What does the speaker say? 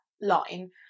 line